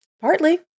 Partly